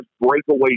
breakaway